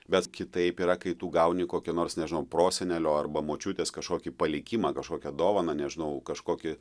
bet kitaip yra kai tu gauni kokį nors nežinau prosenelio arba močiutės kažkokį palikimą kažkokią dovaną nežinau kažkokį